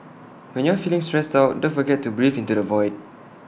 when you are feeling stressed out don't forget to breathe into the void